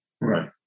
Right